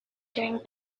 during